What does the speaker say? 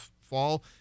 fall